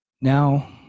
now